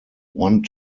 one